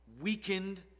weakened